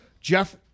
Jeff